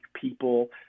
people